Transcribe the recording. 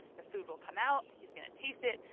the food will come out. he's going to taste it.